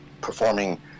performing